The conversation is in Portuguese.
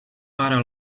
para